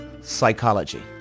psychology